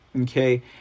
Okay